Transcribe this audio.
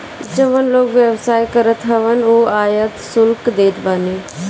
जवन लोग व्यवसाय करत हवन उ आयात शुल्क देत बाने